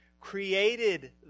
created